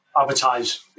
advertise